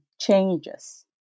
changes